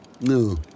No